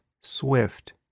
Swift